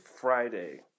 Friday